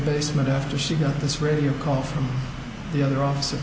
basement after she got this radio call from the other officer